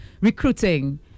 recruiting